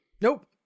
Nope